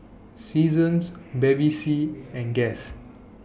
Seasons Bevy C and Guess